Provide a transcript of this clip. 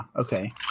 Okay